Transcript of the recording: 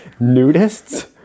nudists